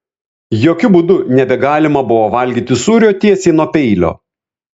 jokiu būdu nebegalima buvo valgyti sūrio tiesiai nuo peilio